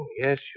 yes